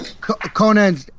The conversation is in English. Conan